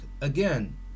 again